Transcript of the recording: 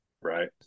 right